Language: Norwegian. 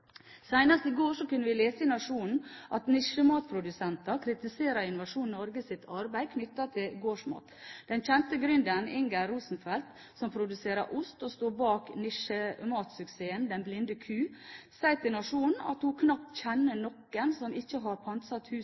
i går kunne vi lese i Nationen at nisjematprodusenter kritiserer Innovasjon Norges arbeid knyttet til gårdsmat. Den kjente gründeren Inger Rosenfeldt, som produserer ost og står bak nisjematsuksessen Den Blinde Ku, sier til Nationen at «hun knapt kjenner noen som ikke har pantsatt huset